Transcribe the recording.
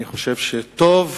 אני חושב שטוב